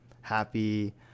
happy